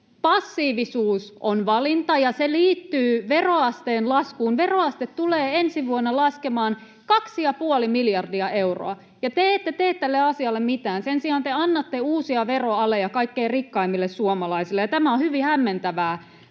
passiivisuus on valinta, ja se liittyy veroasteen laskuun. Veroaste tulee ensi vuonna laskemaan kaksi ja puoli miljardia euroa, ja te ette tee tälle asialle mitään. Sen sijaan te annatte uusia veroaleja kaikkein rikkaimmille suomalaisille, ja tämä on hyvin hämmentävää